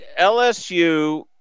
LSU